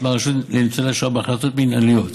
מהרשות לניצולי שואה בהחלטות מינהליות,